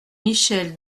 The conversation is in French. michel